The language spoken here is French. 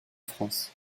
france